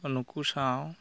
ᱱᱩᱠᱩ ᱥᱟᱶ